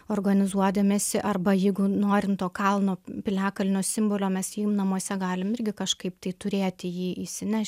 organizuodamiesi arba jeigu norim to kalno piliakalnio simbolio mes jų namuose galim irgi kažkaip tai turėti jį išsinešt